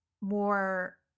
more